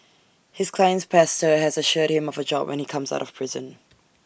his client's pastor has assured him of A job when he comes out of prison